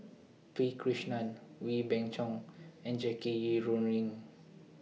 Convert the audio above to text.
P Krishnan Wee Beng Chong and Jackie Yi Ru Ying